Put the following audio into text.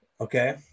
Okay